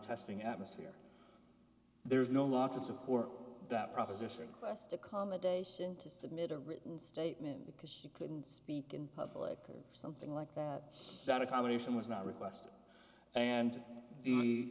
testing atmosphere there's no law to support that proposition last accommodation to submit a written statement because she couldn't speak in public or something like that accommodation was not request and the